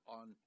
on